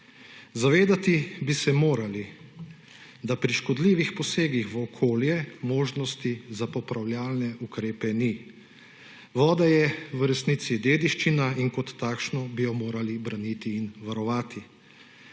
Zavedati bi se morali, da pri škodljivih posegih v okolje možnosti za popravljalne ukrepe ni. Voda je v resnici dediščina in kot takšno bi jo morali braniti in varovati.